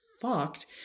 fucked